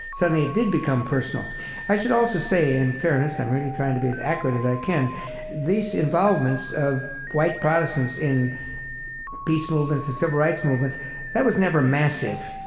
suddenly it did become personal i should also say in fairness i'm really trying to be as accurate as i can these involvements of white protestants in peace movements and civil rights movements that was never massive.